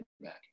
back